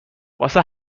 واسه